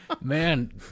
Man